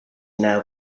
now